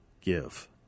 give